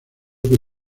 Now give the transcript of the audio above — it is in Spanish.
que